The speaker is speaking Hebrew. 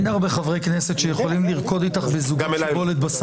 אני רוצה לחדד את הנקודה